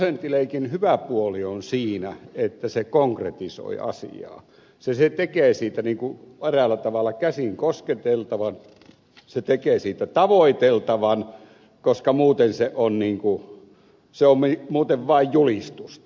sen prosenttileikin hyvä puoli on siinä että se konkretisoi asiaa se tekee siitä eräällä tavalla käsin kosketeltavan se tekee siitä tavoiteltavan koska se on muuten vain julistusta